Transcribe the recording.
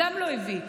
גם לא הביא.